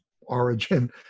origin